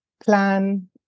plan